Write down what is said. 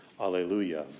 alleluia